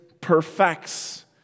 perfects